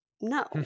No